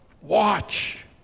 Watch